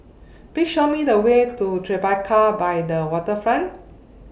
Please Show Me The Way to Tribeca By The Waterfront